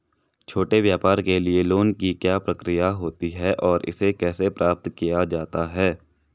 छोटे व्यापार के लिए लोंन की क्या प्रक्रिया होती है और इसे कैसे प्राप्त किया जाता है?